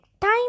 Time